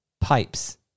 Pipes